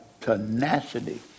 tenacity